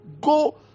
go